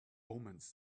omens